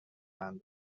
اندوه